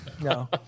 No